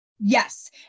yes